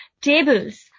tables